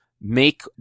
make